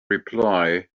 reply